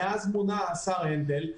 מאז מונה השר הנדל,